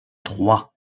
trois